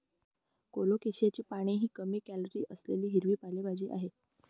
कोलोकेशियाची पाने ही कमी कॅलरी असलेली हिरवी पालेभाजी आहे